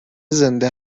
زنده